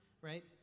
right